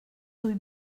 rue